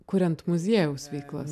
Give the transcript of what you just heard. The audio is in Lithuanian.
kuriant muziejaus veiklas